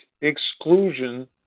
exclusion